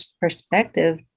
perspective